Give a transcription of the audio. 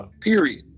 Period